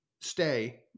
stay